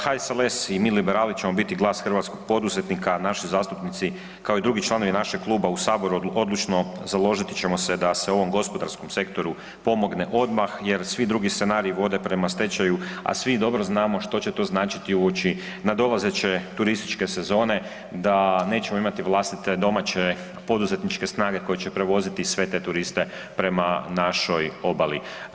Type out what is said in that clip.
HSLS i mi Liberali ćemo biti glas hrvatskog poduzetnika, naši zastupnici kao i drugi članovi našeg Kluba u Saboru odlučno založiti ćemo se da se ovom gospodarskom sektoru pomogne odmah jer svi drugi scenariji vode prema stečaju, a svi dobro znamo što će to značiti uoči nadolazeće turističke sezone, da nećemo imati vlastite domaće poduzetničke snage koje će prevoziti sve te turiste prema našoj obali.